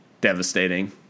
devastating